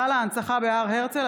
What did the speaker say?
(היכל ההנצחה בהר הרצל),